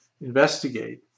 investigate